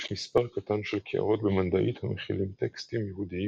יש מספר קטן של קערות במנדעית המכילות טקסטים יהודיים